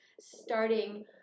starting